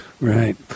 Right